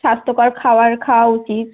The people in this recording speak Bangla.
স্বাস্থ্যকর খাবার খাওয়া উচিত